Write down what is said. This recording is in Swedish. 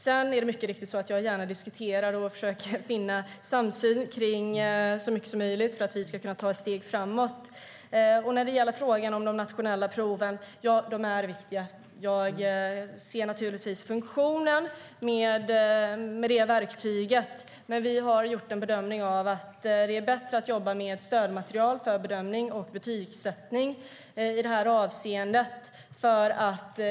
Det är mycket riktigt så att jag gärna diskuterar och försöker finna samsyn om så mycket som möjligt för att vi ska kunna ta ett steg framåt. När det gäller frågan om de nationella proven är de viktiga. Jag ser naturligtvis funktionen med det verktyget. Men vi har gjort bedömningen att det är bättre att jobba med ett stödmaterial för bedömning och betygsättning i detta avseende.